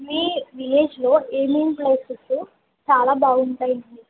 మీ విలేజ్లో ఏమేం ప్లేసెస్సు చాలా బాగుంటాయండి